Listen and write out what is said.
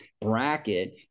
bracket